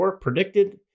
predicted